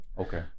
Okay